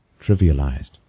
trivialized